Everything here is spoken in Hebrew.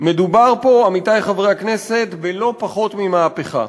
מדובר פה, עמיתי חברי הכנסת, בלא פחות ממהפכה,